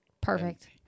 Perfect